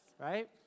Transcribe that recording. right